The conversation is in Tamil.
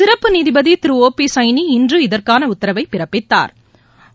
சிறப்பு நீதிபதி திரு ஒ பி சைனி இன்று இதற்கான உத்தரவை பிறப்பித்தாா்